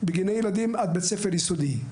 בגני ילדים עד בית ספר יסודי.